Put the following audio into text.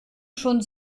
schon